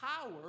power